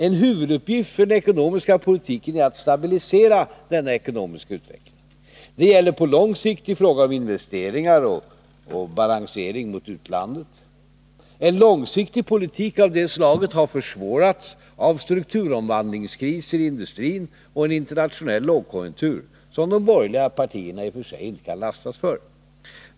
En huvuduppgift för den ekonomiska politiken är att stabilisera den ekonomiska utvecklingen. Det gäller på lång sikt i fråga om investeringar och balansering mot utlandet. En långsiktig politik av det slaget har försvårats av strukturomvandlingskriser i industrin och en internationell lågkonjunktur, som de borgerliga partierna i och för sig inte kan lastas för.